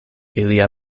ilia